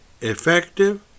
effective